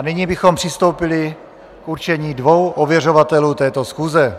Nyní bychom přistoupili k určení dvou ověřovatelů této schůze.